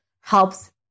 helps